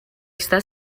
está